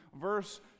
verse